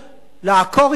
לעקור יישובים,